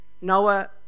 Noah